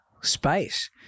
space